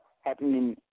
happening